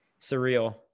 surreal